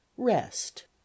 rest